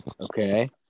okay